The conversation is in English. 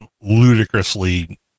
ludicrously